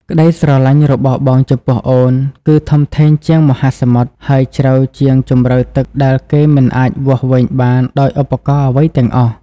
ក្តីស្រឡាញ់របស់បងចំពោះអូន គឺធំធេងជាងមហាសមុទ្រ ហើយជ្រៅជាងជម្រៅទឹកដែលគេមិនអាចវាស់វែងបានដោយឧបករណ៍អ្វីទាំងអស់។